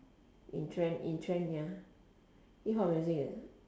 in trend in trend ya hip hop music ah